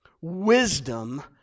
wisdom